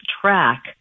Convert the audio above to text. track